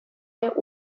der